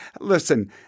listen